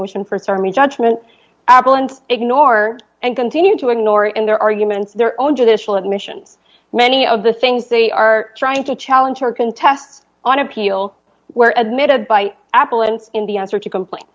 motion for summary judgment apple and ignore and continue to ignore in their arguments their own judicial admissions many of the things they are trying to challenge her contests on appeal were admitted by apple and in the answer to complain